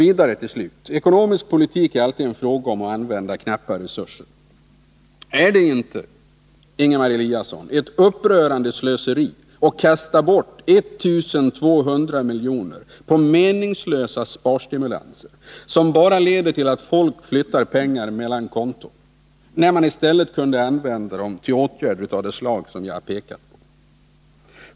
Till sist vill jag säga att ekonomisk politik alltid är en fråga om att använda knappa resurser. Är det inte, Ingemar Eliasson, ett upprörande slöseri att kasta bort 1 200 miljoner på meningslösa sparstimulanser, som bara leder till att folk flyttar pengar mellan konton, när man i stället kunde använda dem till sådana åtgärder som jag har pekat på?